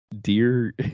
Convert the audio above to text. dear